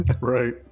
Right